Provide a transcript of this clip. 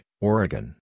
Oregon